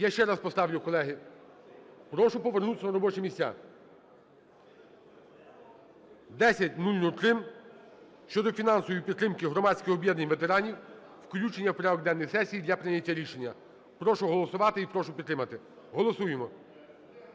Я ще раз поставлю, колеги. Прошу повернутися на робочі місця. 10003 - щодо фінансової підтримки громадських об'єднань ветеранів, включення в порядок денний сесії для прийняття рішення. Прошу голосувати і прошу підтримати. Голосуємо,